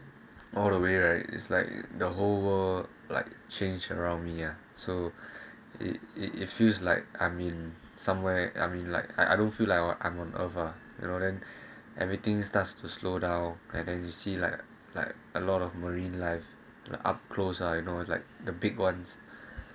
all the way right is like the whole world like change around me ah so it it it feels like I'm in somewhere I mean like I I don't feel our I'm on over you know then everything starts to slow down and then you see like like a lot of marine life up close I know it's like the big ones